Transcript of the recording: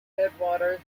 headwaters